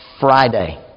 Friday